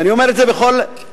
ואני אומר את זה מכל הלב.